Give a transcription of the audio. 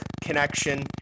connection